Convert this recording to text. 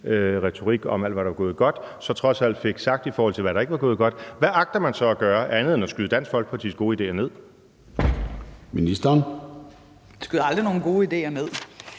retorik om alt, hvad der var gået godt, så trods alt fik nævnt, i forbindelse med hvad der ikke var gået godt? Hvad agter man så at gøre andet end at skyde Dansk Folkepartis gode idéer ned? Kl. 13:39 Formanden (Søren Gade): Ministeren.